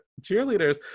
cheerleaders